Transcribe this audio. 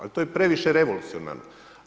Ali to je previše revolucionarno.